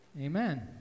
Amen